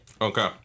okay